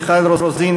מיכל רוזין,